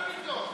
הכול נבדוק.